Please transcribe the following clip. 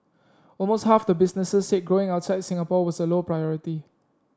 almost half the businesses said growing outside Singapore was a low priority